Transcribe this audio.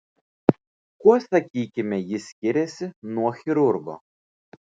kuo sakykime jis skiriasi nuo chirurgo